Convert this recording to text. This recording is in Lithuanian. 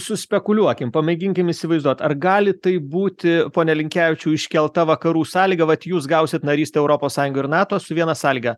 suspekuliuokim pamėginkim įsivaizduot ar gali taip būti pone linkevičiau iškelta vakarų sąlyga vat jūs gausit narystę europos sąjungoj ir nato su viena sąlyga